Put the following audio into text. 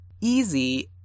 easy